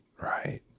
right